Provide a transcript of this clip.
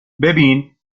ببین